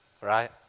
right